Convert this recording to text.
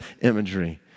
imagery